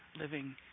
living